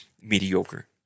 mediocre